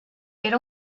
era